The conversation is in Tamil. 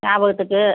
ஞாபகத்துக்கு